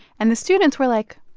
and the students were like,